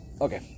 okay